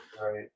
Right